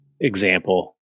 example